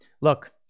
Look